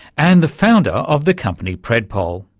and the founder of the company predpol.